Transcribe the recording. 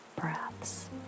Breaths